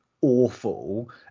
awful